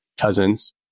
cousins